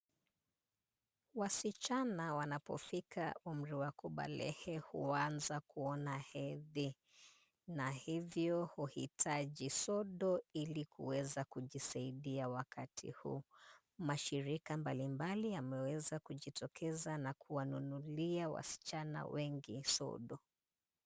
Wasichana wanapofika umri wa kubalehe huanza kuona hedhi, na hivyo huhitaji sodo ili kuweza kujisaidia wakati huu. Mashirika mbalimbali yameweza kujitokeza na kuwanunulia wasichana wengi sodo.